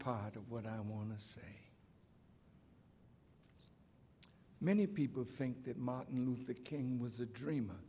part of what i want to say many people think that martin luther king was a dream